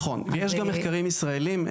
נכון, ויש גם מחקרים ישראלים.